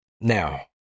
Now